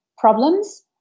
problems